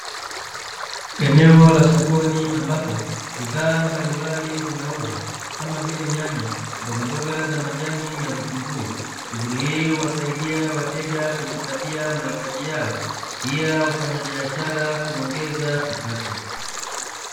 Eneo la sokoni ambapo, bidhaa mbalimbali zinauzwa, kama vile: nyanya, mbogamboga za majani, na vitunguu. Shughuli hii husaidia wateja kujipatia mahitaji yao, pia wafanyabiashara kuongeza kipato.